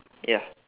ya